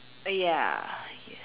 uh ya yes